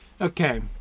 Okay